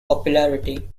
popularity